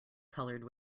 colored